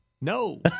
No